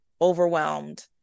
overwhelmed